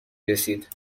رسید